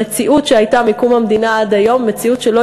המציאות שהייתה מקום המדינה עד היום היא מציאות שלא